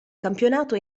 campionato